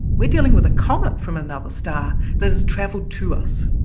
we're dealing with comet from another star that has traveled to us